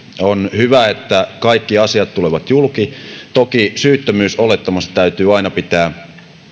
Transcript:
on hyvä että kaikki asiat tulevat julki toki syyttömyysolettamasta täytyy aina pitää